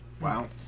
Wow